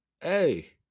Hey